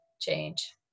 change